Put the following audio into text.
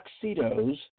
tuxedos